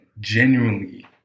genuinely